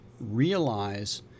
realize